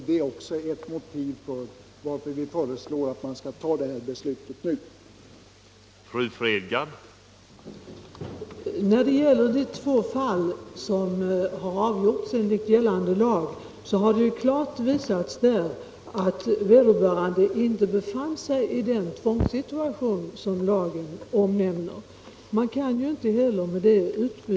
Det är också ett motiv för riksdagen att nu bifalla det förslag som vi har framfört i motionen.